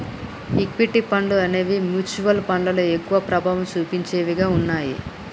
equity ఫండ్లు అనేవి mutual ఫండ్లలో ఎక్కువ ప్రభావం చుపించేవిగా ఉన్నయ్యి